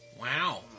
Wow